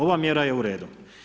Ova mjera je u redu.